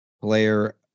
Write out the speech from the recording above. player